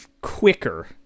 quicker